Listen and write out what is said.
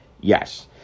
Yes